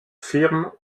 firmes